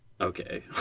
Okay